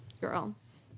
Girls